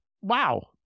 Wow